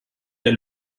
der